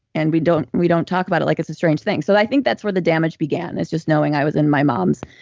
and we don't we don't talk about it like it's a strange thing. so i think that's where the damage began. it's just knowing i was in my mom's